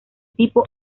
tipo